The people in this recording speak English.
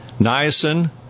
niacin